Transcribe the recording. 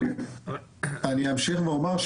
אני אמשיך ואומר,